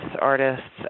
artists